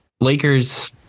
Lakers